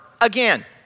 again